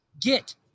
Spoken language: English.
get